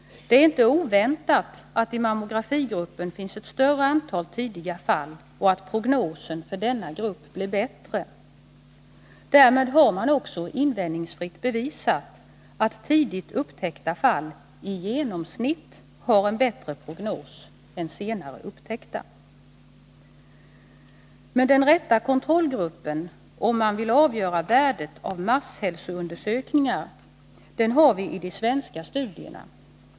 Det är inte oväntat att i mammografigruppen finns ett större antal tidiga fall och att prognosen för denna grupp blir bättre. Därmed har man också invändningsfritt bevisat att tidigt upptäckta fall i genomsnitt har bättre prognos än senare upptäckta. Men den rätta kontrollgruppen, om man vill avgöra värdet av masshälsoundersökningar, har vi i de svenska studierna.